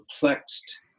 perplexed